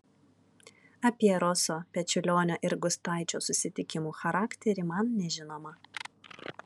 apie roso pečiulionio ir gustaičio susitikimų charakterį man nežinoma